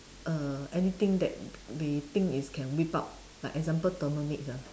err anything that they think is can whip out like example Thermomix